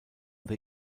the